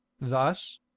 thus